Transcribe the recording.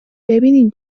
ببینین